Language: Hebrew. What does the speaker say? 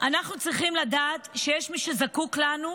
אנחנו צריכים לדעת שיש מי שזקוק לנו,